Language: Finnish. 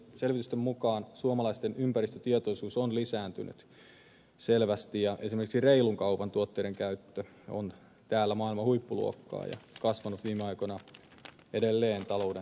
selvitysten mukaan suomalaisten ympäristötietoisuus on lisääntynyt selvästi ja esimerkiksi reilun kaupan tuotteiden käyttö on täällä maailman huippuluokkaa ja kasvanut viime aikoina edelleen talouden taantumasta huolimatta